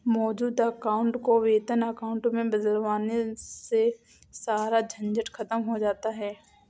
मौजूद अकाउंट को वेतन अकाउंट में बदलवाने से सारा झंझट खत्म हो जाता है